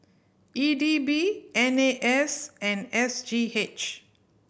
E D B N A S and S G H